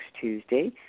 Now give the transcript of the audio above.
Tuesday